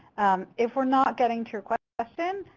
if we're not getting to your question,